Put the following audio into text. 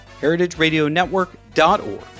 heritageradionetwork.org